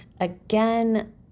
again